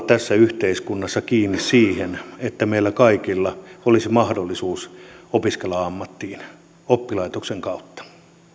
tässä yhteiskunnassa kiinni siinä että meillä kaikilla olisi mahdollisuus opiskella ammattiin oppilaitoksen kautta